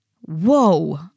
Whoa